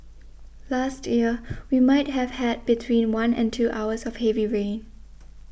last year we might have had between one and two hours of heavy rain